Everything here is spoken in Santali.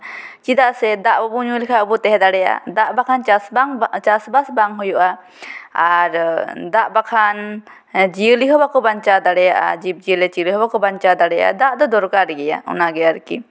ᱪᱮᱫᱟᱜ ᱥᱮ ᱫᱟᱜ ᱵᱟᱵᱚᱱ ᱧᱩ ᱞᱮᱠᱷᱟᱱ ᱵᱟᱵᱚᱱ ᱛᱟᱦᱮᱸ ᱫᱟᱲᱮᱭᱟᱜᱼᱟ ᱫᱟᱜ ᱵᱟᱠᱷᱟᱱ ᱪᱟᱥᱼᱵᱟᱥ ᱵᱟᱝ ᱦᱩᱭᱩᱜᱼᱟ ᱟᱨ ᱫᱟᱜ ᱵᱟᱠᱷᱟᱱ ᱡᱤᱭᱟᱹᱞᱤ ᱦᱚᱸ ᱵᱟᱠᱚ ᱵᱟᱧᱪᱟᱣ ᱫᱟᱲᱮᱭᱟᱜᱼᱟ ᱡᱤᱵᱼᱡᱤᱭᱟᱹᱞᱤ ᱪᱤᱞᱤ ᱦᱚᱸ ᱵᱟᱠᱚ ᱵᱟᱧᱪᱟᱣ ᱫᱟᱲᱮᱭᱟᱜᱼᱟ ᱫᱟᱜ ᱫᱚ ᱫᱚᱨᱠᱟᱨ ᱜᱮᱭᱟ ᱚᱱᱟ ᱜᱮ ᱟᱨᱠᱤ